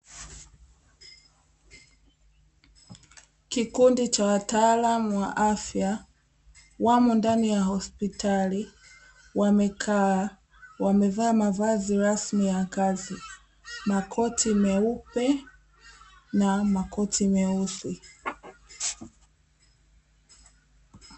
Kikundi cha wataalamu wa afya. Wamo ndani ya hospitali, wamekaa wamevaa mavazi rasmi ya kazi; makoti meupe na makoti meusi.